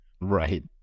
Right